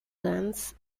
dance